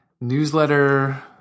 newsletter